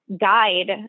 guide